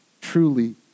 truly